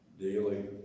daily